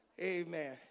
Amen